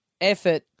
effort